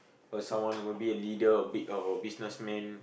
or someone will be a leader a big or or businessman